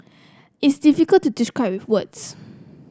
it's difficult to describe with words